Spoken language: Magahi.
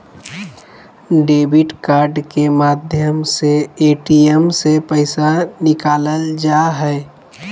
डेबिट कार्ड के माध्यम से ए.टी.एम से पैसा निकालल जा हय